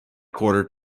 quarter